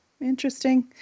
Interesting